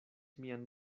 mian